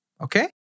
Okay